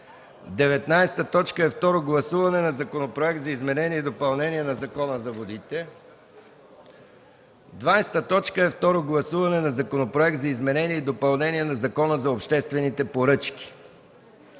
Второ гласуване на Законопроекта за изменение и допълнение на Закона за водите. 20. Второ гласуване на Законопроекта за изменение и допълнение на Закона за обществените поръчки.